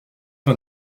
fin